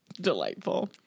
delightful